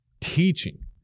teaching